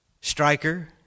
striker